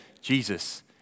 Jesus